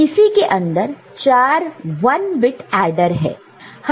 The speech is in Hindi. इसी के अंदर चार 1 बिट एडर है